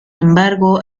embargo